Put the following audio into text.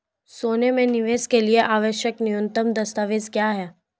सोने में निवेश के लिए आवश्यक न्यूनतम दस्तावेज़ क्या हैं?